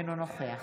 אינו נוכח